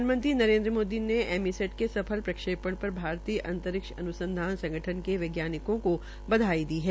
प्रधानमंत्री नरेन्द्र मोदी ने एमीसेट के सफल प्रक्षेपण पर भारतीय अंतरिक्ष अन्संधान संगठन के वैज्ञानिकों को बधाई है